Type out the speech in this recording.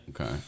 Okay